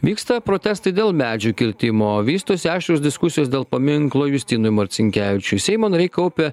vyksta protestai dėl medžių kirtimo vystosi aštrios diskusijos dėl paminklo justinui marcinkevičiui seimo nariai kaupia